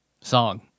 song